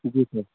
जी sir